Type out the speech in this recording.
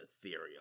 ethereal